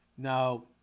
Now